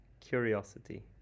curiosity